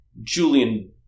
Julian